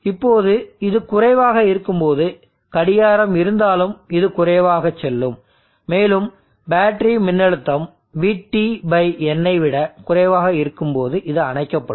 இப்போது இது குறைவாக இருக்கும்போது கடிகாரம் இருந்தாலும் இது குறைவாகவே செல்லும் மேலும் பேட்டரி மின்னழுத்தம் VTn ஐ விட குறைவாக இருக்கும்போது இது அணைக்கப்படும்